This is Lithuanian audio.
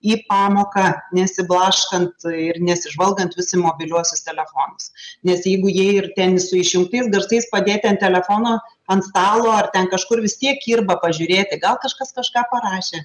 į pamoką nesiblaškant ir nesižvalgant vis į mobiliuosius telefonus nes jeigu jie ir ten su išjungtais garsais padėti ant telefono ant stalo ar ten kažkur vis tiek kirba pažiūrėti gal kažkas kažką parašė